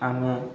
ଆମେ